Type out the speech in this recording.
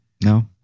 No